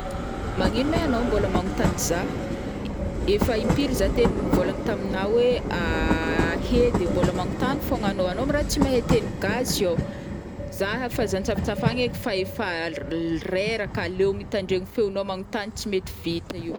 Magnino ma enao mbôla magnotagny za, efa impiry za te nivôlagna tamina oe he de mbola magnotagny fôgna anô, anô ma ra tsy mahay teny gasy iô za afa aza antsaftsafagna eky fa efa reraka leo mitandregny feonô tsy mety vita io.